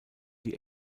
die